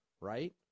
right